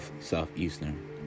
Southeastern